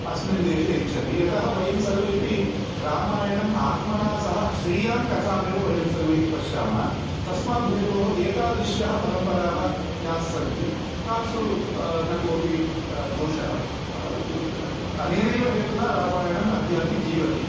अस्मिन् देशे इच्छति यतः वयं सर्वेपि रामायणम् आत्मना सह स्वीयां कथामेव वयं सर्वेपि पश्यामः तस्माद्धेतोः एतादृश्यः परम्पराः यास्सन्ति तासु न कोपि दोषः अनेनैव हेतुना रामायणम् अद्यापि जीवति